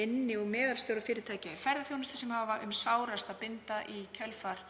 minni og meðalstórra fyrirtækja í ferðaþjónustu sem eiga um sárast að binda í kjölfar